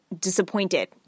disappointed